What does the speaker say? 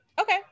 Okay